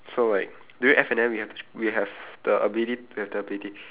so like during F&N we have to ch~ we have the ability we have the ability